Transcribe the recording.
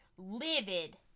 livid